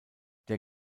der